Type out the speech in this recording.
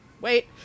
Wait